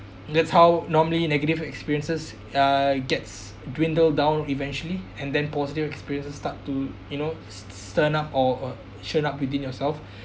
that's how normally negative experiences uh gets dwindle down eventually and then positive experiences start to you know turn up or uh shown up within yourself